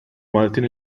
maltin